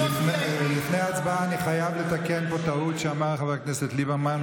לפני ההצבעה אני חייב לתקן פה טעות שאמר חבר הכנסת ליברמן.